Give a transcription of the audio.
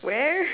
where